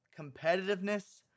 competitiveness